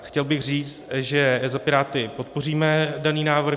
Chtěl bych říct, že za Piráty podpoříme daný návrh.